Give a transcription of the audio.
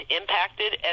impacted